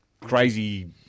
crazy